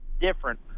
different